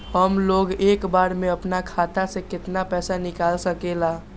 हमलोग एक बार में अपना खाता से केतना पैसा निकाल सकेला?